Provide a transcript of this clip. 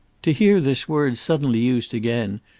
to hear this word suddenly used again,